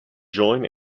join